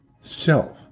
self